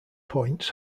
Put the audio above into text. points